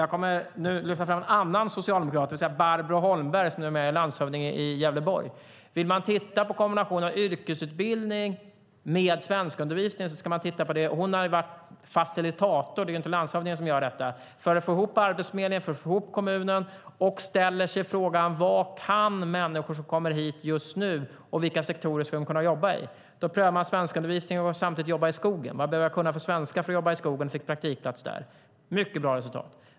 Jag kommer nu att lyfta fram en annan socialdemokrat: Barbro Holmberg, som numera är landshövding i Gävleborg. Vill man titta på en kombination av yrkesutbildning och svenskundervisning ska man titta på detta. Hon har varit facilitator - det är ju inte landshövdingen som gör detta - för att få ihop arbetsförmedlingen och kommunen. Och man ställer sig frågan: Vad kan människor som kommer hit just nu, och vilka sektorer ska de kunna jobba i? Då prövar man med svenskundervisning kombinerat med jobb i skogen. Vad behöver jag kunna för svenska för att jobba i skogen och få praktikplats där? Det är ett mycket bra resultat.